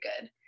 good